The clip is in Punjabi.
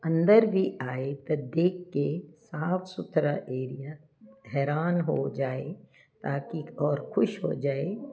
ਅੰਦਰ ਵੀ ਆਏ ਤਾਂ ਦੇਖ ਕੇ ਸਾਫ ਸੁਥਰਾ ਏਰੀਆ ਹੈਰਾਨ ਹੋ ਜਾਏ ਤਾਂ ਕਿ ਔਰ ਖੁਸ਼ ਹੋ ਜਾਏ